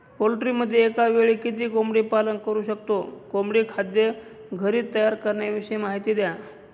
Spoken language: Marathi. पोल्ट्रीमध्ये एकावेळी किती कोंबडी पालन करु शकतो? कोंबडी खाद्य घरी तयार करण्याविषयी माहिती द्या